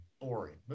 boring